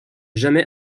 jamais